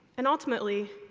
and ultimately,